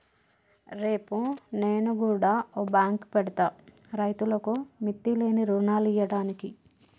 రేపు నేను గుడ ఓ బాంకు పెడ్తా, రైతులకు మిత్తిలేని రుణాలియ్యడానికి